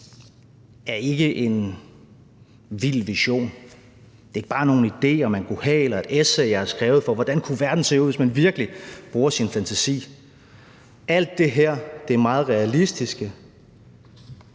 er ikke en vild vision, det er ikke bare nogle idéer, man kunne have, eller et essay, jeg har skrevet, om, hvordan verden kunne se ud, hvis man virkelig bruger sin fantasi. Alt det her er meget realistiske